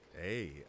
Hey